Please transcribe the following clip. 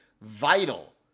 vital